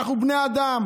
אנחנו בני אדם.